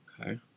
Okay